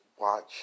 watch